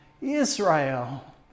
Israel